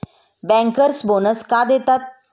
Bankers bonus का देतात?